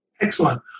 Excellent